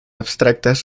abstractas